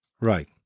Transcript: Right